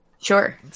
Sure